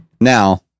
now